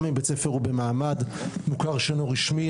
גם אם בית ספר הוא במעמד מוכר שאינו רשמי,